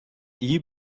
iyi